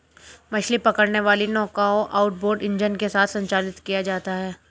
मछली पकड़ने वाली नौकाओं आउटबोर्ड इंजन के साथ संचालित किया जाता है